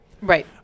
Right